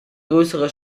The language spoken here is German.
größere